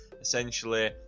Essentially